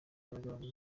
kugaragara